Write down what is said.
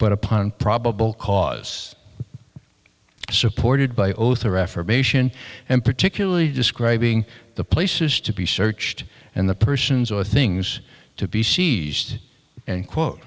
but upon probable cause supported by oath or affirmation and particularly describing the place is to be searched and the persons or things to be seized and quote